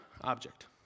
object